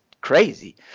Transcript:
crazy